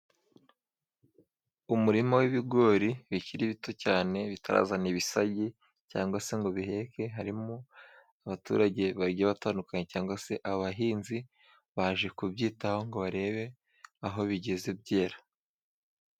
Umurima w'ibigori bikiri bito cyane bitarazana ibisagi cyangwa se ngo biheke harimo abaturage baje batandukanye cyangwa se abahinzi baje kubyitaho ngo barebe aho bigeze byera.